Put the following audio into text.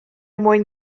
mwyn